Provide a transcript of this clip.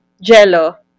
Jello